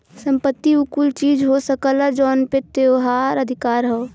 संपत्ति उ कुल चीज हो सकला जौन पे तोहार अधिकार हौ